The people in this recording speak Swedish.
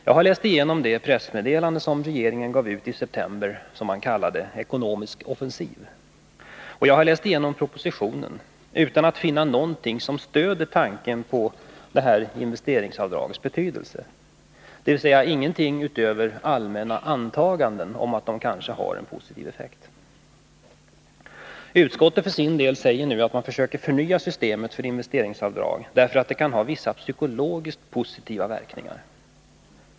Jag har läst igenom det pressmeddelande som regeringen gav ut i september, kallat Ekonomisk offensiv, och jag har läst igenom propositionen utan att finna någonting som stöder tanken på ett sådant här investeringsavdrags betydelse — dvs. inget utöver allmänna antaganden om att det kanske har en positiv effekt. Utskottet säger för sin del att man nu försöker förnya systemet för investeringsavdrag, därför att det kan ha vissa psykologiskt positiva verkningar.